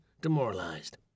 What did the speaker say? Demoralized